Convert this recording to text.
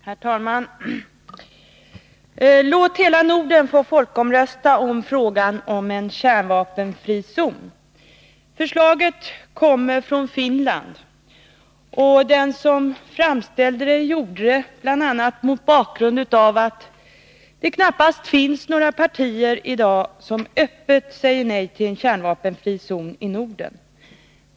Herr talman! Låt hela Norden få folkomrösta om frågan om en kärnvapenfri zon! Det förslaget kom från Finland, och den som framställde det gjorde det bl.a. mot bakgrund av att det knappast finns några partier som i dag öppet säger nej till en kärnvapenfri zon i Norden.